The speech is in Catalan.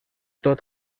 tot